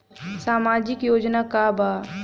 सामाजिक योजना का बा?